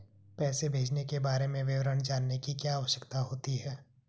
पैसे भेजने के बारे में विवरण जानने की क्या आवश्यकता होती है?